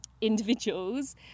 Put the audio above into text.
individuals